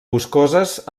boscoses